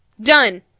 done